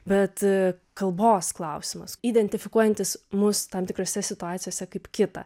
bet kalbos klausimas identifikuojantis mus tam tikrose situacijose kaip kitą